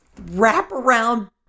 wraparound